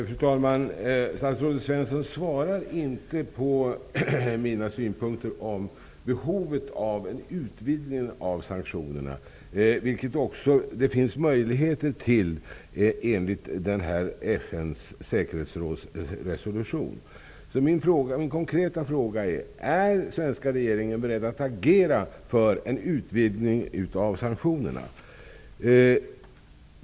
Fru talman! Statsrådet Alf Svensson kommenterade inte mina synpunkter om behovet av en utvidgning av sanktionerna, vilket det finns möjlighet till enligt FN:s säkerhetsråds resolution. Min konkreta fråga är: Är den svenska regeringen beredd att agera för en utvidgning av sanktionerna?